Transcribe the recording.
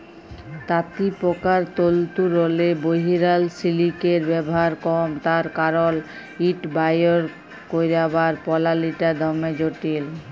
তাঁতিপকার তল্তুরলে বহিরাল সিলিকের ব্যাভার কম তার কারল ইট বাইর ক্যইরবার পলালিটা দমে জটিল